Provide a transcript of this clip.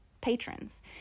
patrons